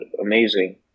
amazing